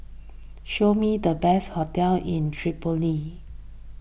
show me the best hotels in Tripoli